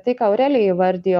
tai ką aurelija įvardijo